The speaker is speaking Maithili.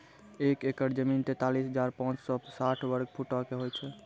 एक एकड़ जमीन, तैंतालीस हजार पांच सौ साठ वर्ग फुटो के होय छै